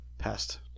past